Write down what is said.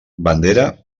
bandera